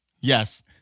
Yes